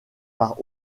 par